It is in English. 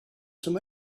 some